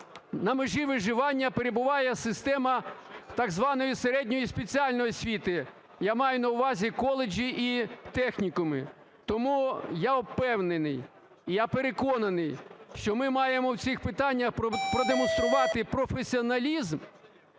на межі виживання перебуває система так званої середньої спеціальної освіти, я маю на увазі коледжі і технікуми. Тому я впевнений, і я переконаний, що ми маємо у всіх питаннях продемонструвати професіоналізм